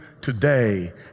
today